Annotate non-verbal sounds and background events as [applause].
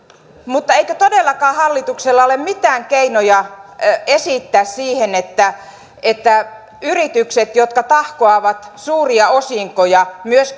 mutta eikö todellakaan hallituksella ole esittää mitään keinoja siihen että että yritykset jotka tahkoavat suuria osinkoja myös [unintelligible]